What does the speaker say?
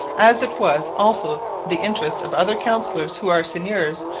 as it was also the interest of other councillors who are seigneurs,